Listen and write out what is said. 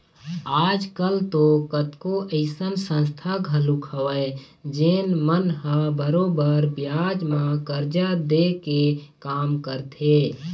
आज कल तो कतको अइसन संस्था घलोक हवय जेन मन ह बरोबर बियाज म करजा दे के काम करथे